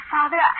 Father